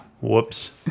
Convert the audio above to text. Whoops